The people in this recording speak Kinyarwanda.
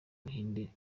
buhinde